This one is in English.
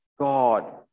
God